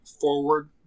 forward